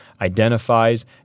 identifies